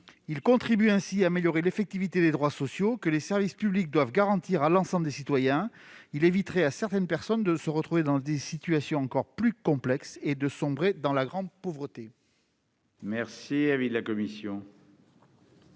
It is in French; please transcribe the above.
contribuerait à accroître l'effectivité des droits sociaux, que les services publics doivent garantir à l'ensemble des citoyens. Il éviterait à certaines personnes de se retrouver dans des situations encore plus complexes et de sombrer dans la grande pauvreté. Quel est l'avis de la commission